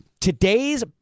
today's